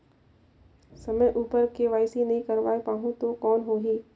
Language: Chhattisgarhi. समय उपर के.वाई.सी नइ करवाय पाहुं तो कौन होही?